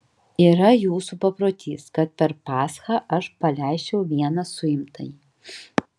yra jūsų paprotys kad per paschą aš paleisčiau vieną suimtąjį